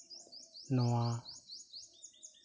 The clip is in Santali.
ᱱᱚᱣᱟ